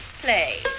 Play